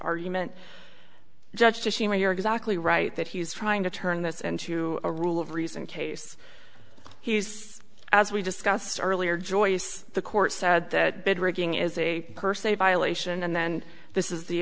argument judge to me you're exactly right that he's trying to turn this into a rule of reason case he's as we discussed earlier joyce the court said that rigging is a per se violation and then this is the